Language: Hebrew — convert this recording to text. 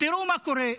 תראו מה קורה: